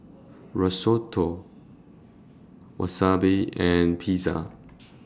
Risotto Wasabi and Pizza